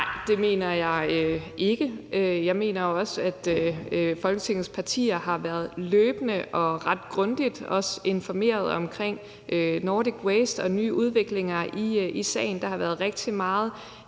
det mener jeg ikke. Jeg mener, at Folketingets partier løbende har været ret grundigt informeret omkring Nordic Waste og nye udviklinger i sagen. Der har været rigtig mange